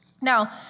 Now